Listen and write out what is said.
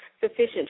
sufficient